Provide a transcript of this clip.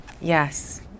yes